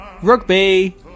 Rugby